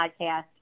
podcast